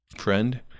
Friend